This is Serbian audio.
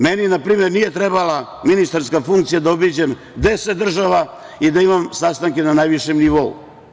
Meni npr. nije trebala ministarska funkcija da obiđem 10 država i da imam sastanke na najvišem nivou.